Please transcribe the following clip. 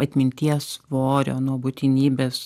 atminties svorio nuo būtinybės